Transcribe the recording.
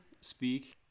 speak